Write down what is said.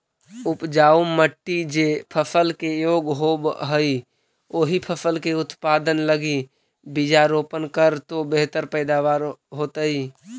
उपजाऊ मट्टी जे फसल के योग्य होवऽ हई, ओही फसल के उत्पादन लगी बीजारोपण करऽ तो बेहतर पैदावार होतइ